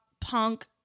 punk